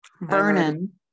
Vernon